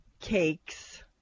cakes